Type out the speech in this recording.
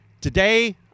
Today